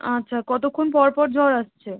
আচ্ছা কতক্ষণ পর পর জ্বর আসছে